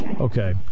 Okay